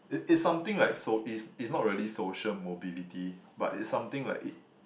it it's something like so~ is is not really social mobility but is something like it